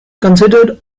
considered